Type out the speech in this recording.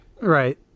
right